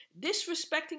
Disrespecting